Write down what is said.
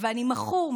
ואני מכור,